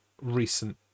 recent